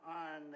on